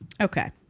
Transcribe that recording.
Okay